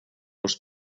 els